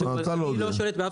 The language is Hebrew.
אני לא שולט --- אתה לא יודע,